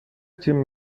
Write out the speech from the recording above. تیم